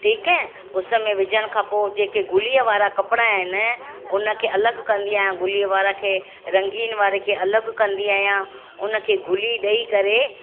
ठीकु ऐ उस में विझण खां पोइ जेके गुलीअ वारा कपिड़ा आहिनि उन खे अलॻि कंदी आहियां गुलीअ वारे खे रंगीन वारे खे अलॻि कंदी आहियां उन खे गुली ॾई करे